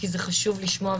כי זה חשוב לשמוע,